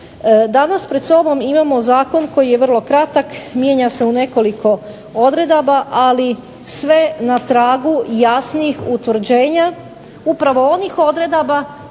Danas pred sobom imamo zakon koji je vrlo kratak, mijenja se u nekoliko odredaba ali sve na tragu jasnijih utvrđenja upravo onih odredaba